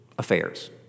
Affairs